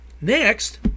Next